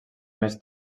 més